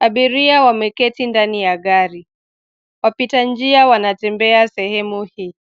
Abiria wameketi ndani ya gari. Wapita njia wanatembea sehemu hii.